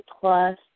plus